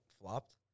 flopped